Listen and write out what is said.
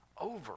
over